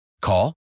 Call